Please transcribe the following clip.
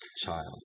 child